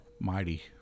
mighty